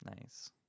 Nice